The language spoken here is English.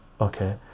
okay